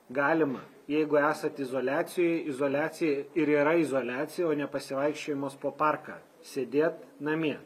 galima jeigu esat izoliacijoj izoliacija ir yra izoliacija o ne pasivaikščiojimas po parką sėdėt namie